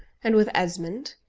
and with esmond,